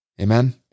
Amen